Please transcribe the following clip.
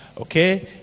okay